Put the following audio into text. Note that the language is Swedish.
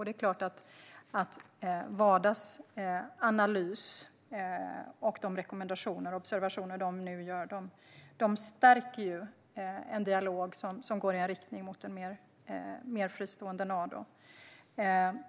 Det är klart att Wadas analys, rekommendationer och observationer stärker en dialog som går i riktning mot ett mer fristående Nado.